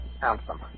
handsome